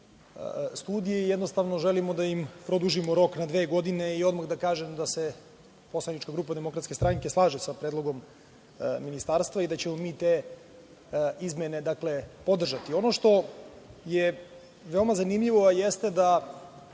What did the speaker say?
i jednostavno želimo da im produžimo rok na dve godine i odmah da kažem da se poslanička grupa DS slaže sa predlogom ministarstva i da ćemo mi te izmene podržati. Ono što je veoma zanimljivo jeste da